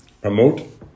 promote